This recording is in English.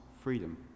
freedom